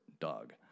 dog